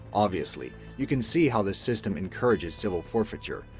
obviously, you can see how this system encourages civil forfeiture,